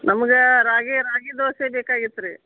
ನಮ್ಗೆ ರಾಗಿ ರಾಗಿ ದೋಸೆ ಬೇಕಾಗಿತ್ತು ರೀ